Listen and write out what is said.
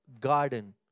garden